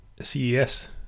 CES